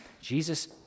Jesus